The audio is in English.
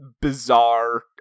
bizarre